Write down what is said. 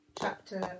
Chapter